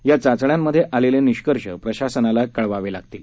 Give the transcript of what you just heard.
या चाचण्यांमध्ये आलेले निष्कर्ष प्रशासनाला कळवावे लागतील